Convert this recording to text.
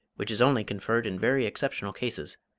which is only conferred in very exceptional cases,